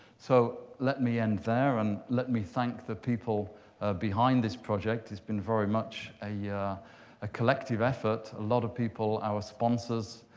so let me end there, and let me thank the people behind this project. it's been very much a yeah a collective effort. a lot of people, our sponsors,